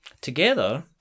Together